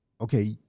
okay